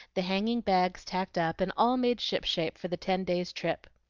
the hanging bags tacked up, and all made ship-shape for the ten days' trip.